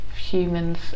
humans